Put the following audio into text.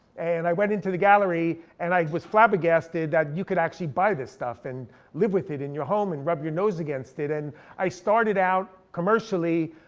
and i went into the gallery, and i was flabbergasted that you could actually buy this stuff and live with it in your home and rub your nose against it. and i started out commercially,